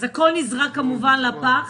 אז הכול נזרק כמובן לפח